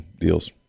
deals